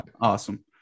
awesome